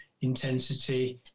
intensity